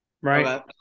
Right